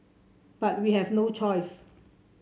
but we have no choice